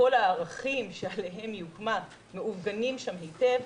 וכל הערכים שעליהם היא הוקמה מעוגנים שם היטב.